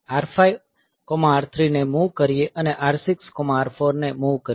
R5 R3 ને move કરીએ અને R6 R4 ને મૂવ કરીએ